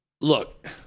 Look